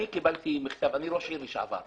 אני כתבתי מכתב - אני ראש עיר לשעבר.